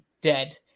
dead